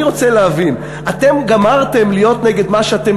אני רוצה להבין: אתם גמרתם להיות נגד מה שאתם